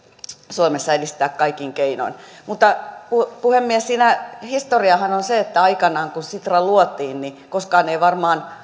suomessa edistää kaikin keinoin puhemies historiahan on se että aikanaan kun sitra luotiin välttämättä koskaan ei varmaan